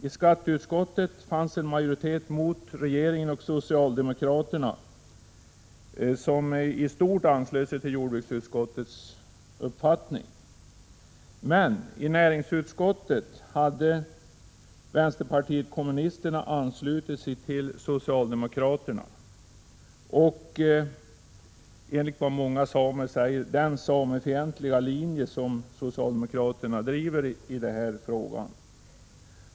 I skatteutskottet fanns en majoritet mot regeringen och socialdemokraterna, som i stort anslöt sig till jordbruksutskottets uppfattning. Men i näringsutskottet hade vänsterpartiet kommunisterna anslutit sig till den enligt vad många säger samefientiga linje socialdemokraterna driver i den här frågan.